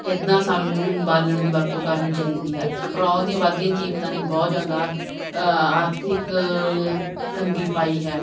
ਇੱਦਾਂ ਸਾਨੂੰ ਬਾਲਣ ਦੀ ਵਰਤੋਂ ਕਰਨੀ ਚਾਹੀਦੀ ਹੈ ਪੈਟਰੋਲ ਦੀਆਂ ਵੱਧਦੀਆਂ ਕੀਮਤਾਂ ਨੇ ਬਹੁਤ ਜ਼ਿਆਦਾ ਆਰਥਿਕ ਤੰਗੀ ਪਾਈ ਹੈ